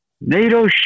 NATO